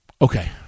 Okay